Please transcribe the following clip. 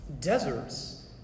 Deserts